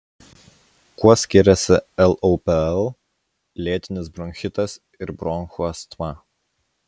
kuo skiriasi lopl lėtinis bronchitas ir bronchų astma